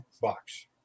Box